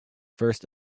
first